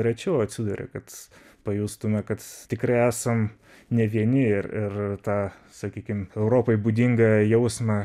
rečiau atsiduria kad pajustume kad tikri esam ne vieni ir ir tą sakykim europai būdingą jausmą